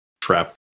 trap